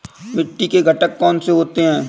मिट्टी के घटक कौन से होते हैं?